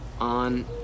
on